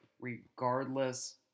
regardless